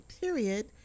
period